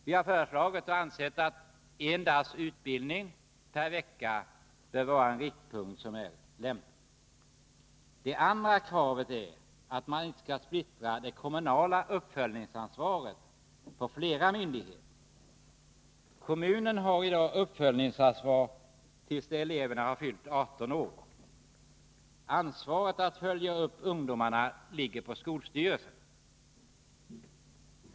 Vi har här föreslagit en dags utbildning per vecka som lämplig riktpunkt. För det andra skall man inte splittra det kommunala uppföljningsansvaret på flera myndigheter. Kommunen har i dag uppföljningsansvar tills eleven har fyllt 18 år. Ansvaret att följa upp ungdomarnas verksamhet ligger på skolstyrelserna.